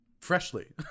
Freshly